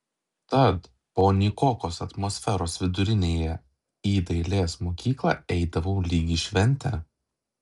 tad po nykokos atmosferos vidurinėje į dailės mokyklą eidavau lyg į šventę